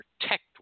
protect